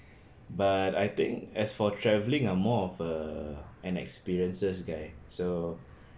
but I think as for traveling I'm more of a an experiences guy so